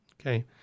okay